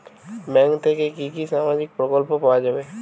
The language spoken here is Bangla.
ব্যাঙ্ক থেকে কি কি সামাজিক প্রকল্প পাওয়া যাবে?